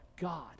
God